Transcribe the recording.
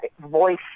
voice